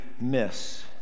miss